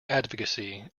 advocacy